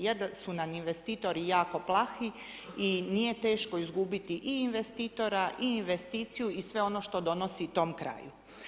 Je da su nam investitori jako plahi i nije teško izgubiti i investitora i investiciju i sve ono što donosi tom kraju.